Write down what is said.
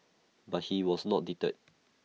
but he was not deterred